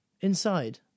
Inside